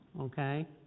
Okay